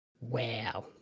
Wow